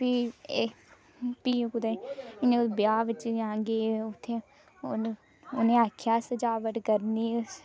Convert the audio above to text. बी इक फ्ही कुतै इयां कुतै ब्याह बिच जां उत्थै उ'नें आखेआ सजाबट करनी